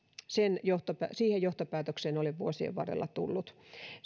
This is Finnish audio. siihen johtopäätökseen olen vuosien varrella tullut